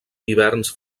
hiverns